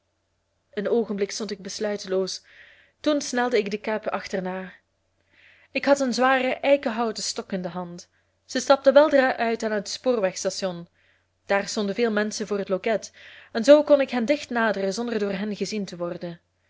een oogenblik stond ik besluiteloos toen snelde ik de cab achterna ik had een zwaren eikenhouten stok in de hand zij stapten weldra uit aan het spoorwegstation daar stonden veel menschen voor het loket en zoo kon ik hen dicht naderen zonder door hen gezien te worden